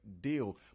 deal